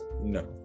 No